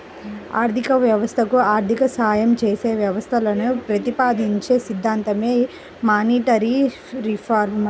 ఆర్థిక వ్యవస్థకు ఆర్థిక సాయం చేసే వ్యవస్థలను ప్రతిపాదించే సిద్ధాంతమే మానిటరీ రిఫార్మ్